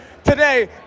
Today